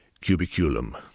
cubiculum